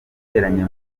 iteranye